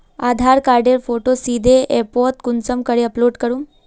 आधार कार्डेर फोटो सीधे ऐपोत कुंसम करे अपलोड करूम?